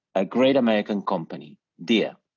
a great american company, deere,